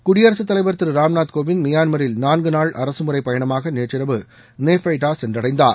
குடியரசுத் தலைவர் திரு ராம்நாத் கோவிந்த் மியான்மரில் நான்குநாள் அரசு முறைப் பயணமாக நேற்றிரவு நே பை டா சென்றடைந்தார்